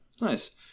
Nice